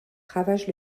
ravagent